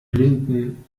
blinden